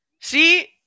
See